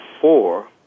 four